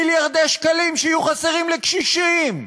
מיליארדי שקלים שיהיו חסרים לקשישים,